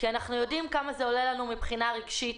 אנחנו יודעים כמה זה עולה לנו מבחינה רגשית,